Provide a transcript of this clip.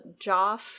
Joff